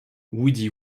woody